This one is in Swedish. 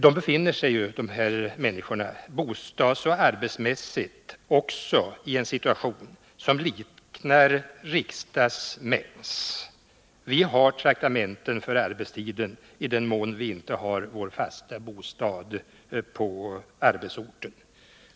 Dessa människor befinner sig bostadsoch arbetsmässigt i en situation som liknar riksdagsmännens, Vi får traktamenten för arbetstiden, i den mån vi inte har vår fasta bostad på arbetsorten.